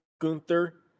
Gunther